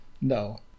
No